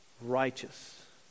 Righteous